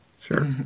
Sure